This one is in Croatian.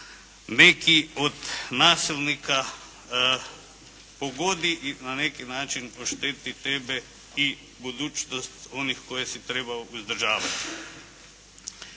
neki od nasilnika pogodi i na neki način ošteti tebe i budućnost onih koje si trebao uzdržavati.